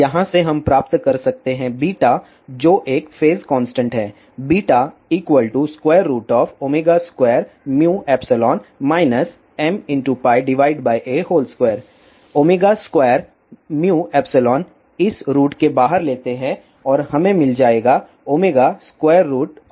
यहाँ से हम प्राप्त कर सकते हैं β जो एक फेज कांस्टेंट है β2μϵ mπa2 2με इस रूट के बाहर लेते हैं और हमे मिल जाएगा μϵ 1 fcf2